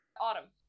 autumn